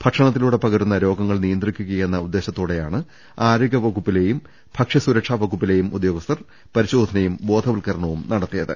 ഭക്ഷണത്തിലൂടെ പകരുന്ന രോഗങ്ങൾ നിയന്ത്രിക്കു ക ഉദ്യേശത്തോടെയാണ് എന്ന ആരോഗ്യവകുപ്പിലേയും ഭക്ഷ്യ സുരക്ഷാ വകുപ്പിലേയും ഉദ്യോഗസ്ഥർ സംയുക്തമായി പരിശോധനയും ബോധവൽ ക്കരണവും നടത്തിയത്